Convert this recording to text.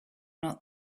not